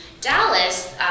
Dallas